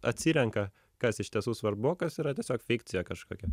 atsirenka kas iš tiesų svarbu kas yra tiesiog fikcija kažkokia